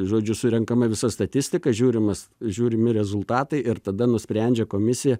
žodžiu surenkama visa statistika žiūrimas žiūrimi rezultatai ir tada nusprendžia komisija